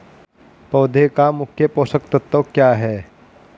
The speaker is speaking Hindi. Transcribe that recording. पौधे का मुख्य पोषक तत्व क्या हैं?